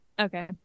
okay